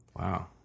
wow